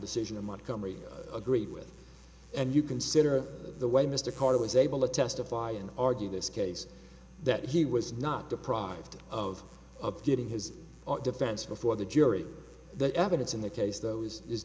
decision in montgomery agreed with and you consider the way mr carter was able to testify and argue this case that he was not deprived of of getting his defense before the jury the evidence in the case those is